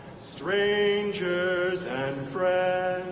strangers and friends